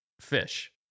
Fish